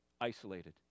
isolated